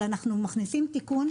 אבל אנחנו מכניסים תיקון,